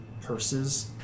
purses